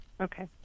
okay